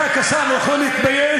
אתה כשר יכול להתבייש.